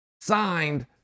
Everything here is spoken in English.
signed